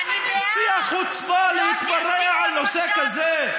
אני בעד, שיא החוצפה, להתפרע על נושא כזה.